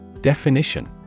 Definition